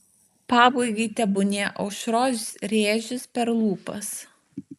pabaigai tebūnie aušros rėžis per lūpas